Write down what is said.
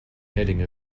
heading